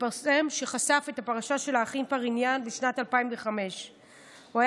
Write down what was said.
התפרסם כשחשף את פרשת האחים פריניאן בשנת 2005. קרמשניט